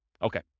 Okay